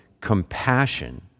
compassion